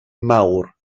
mawr